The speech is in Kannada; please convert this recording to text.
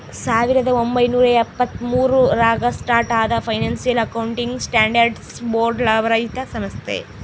ಸಾವಿರದ ಒಂಬೈನೂರ ಎಪ್ಪತ್ತ್ಮೂರು ರಾಗ ಸ್ಟಾರ್ಟ್ ಆದ ಫೈನಾನ್ಸಿಯಲ್ ಅಕೌಂಟಿಂಗ್ ಸ್ಟ್ಯಾಂಡರ್ಡ್ಸ್ ಬೋರ್ಡ್ ಲಾಭರಹಿತ ಸಂಸ್ಥೆ